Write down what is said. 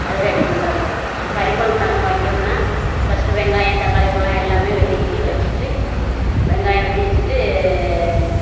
அதை ரெடி பண்ணுற மாதிரி இப்போ கறிக்கொழம்பு நம்ப வைக்கம்னால் ஃபஸ்ட்டு வெங்காயம் தக்காளி பழம் எல்லாமே வெட்டி கிட்டி வச்சசுட்டு வெங்காயம் வெட்டி வச்சுட்டு